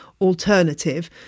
alternative